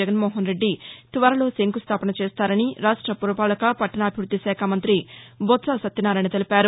జగన్మోహన్రెడ్డి త్వరలో శంకుస్థాపన చేస్తారని రాష్ట్ర పురపాలక పట్టణాభివృద్ధి శాఖ మంత్రి బొత్స సత్యనారాయణ తెలిపారు